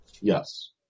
Yes